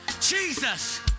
Jesus